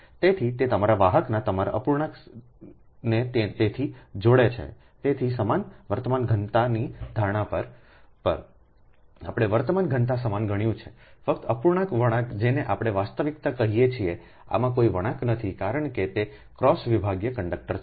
તેથી તે તમારા વાહકના તમારા અપૂર્ણાંકને તેથી જોડે છે તેથી સમાન વર્તમાન ઘનતાની ધારણા પર પરઆપણે વર્તમાન ઘનતા સમાન ગણ્યું છે ફક્ત અપૂર્ણાંક વળાંક જેને આપણે વાસ્તવિકતા કહીએ છીએ આમાં કોઈ વળાંક નથી કારણ કે તે ક્રોસ વિભાગીય કન્સ્ટ્રક્ટર છે